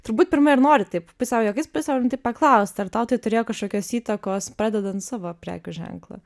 turbūt pirma ir noriu taip pusiau juokais pusiau rimtai paklaust ar tau tai turėjo kažkokios įtakos pradedant savo prekių ženklą